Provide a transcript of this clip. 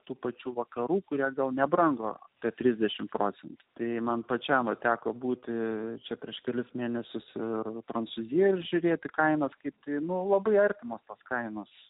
tų pačių vakarų kurie gal nebrango per trisdešimt procentų man pačiam teko būti čia prieš kelis mėnesius ir prancūzija žiūrėti kainos ketino labai artimos kainos